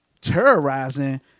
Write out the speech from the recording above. terrorizing